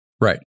Right